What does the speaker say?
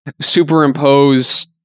superimpose